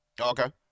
Okay